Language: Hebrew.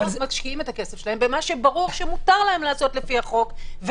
משקיעים את הכסף שלהם במה שברור שמותר להם לעשות לפי החוק,